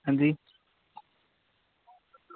अंजी